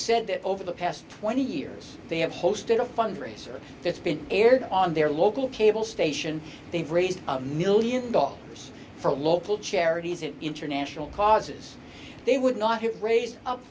said that over the past twenty years they have hosted a fundraiser that's been aired on their local cable station they've raised a one million dollars for local charities and international causes they would not have raised